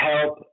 help